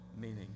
meaning